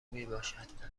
میباشد